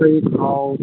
ꯊꯥꯎ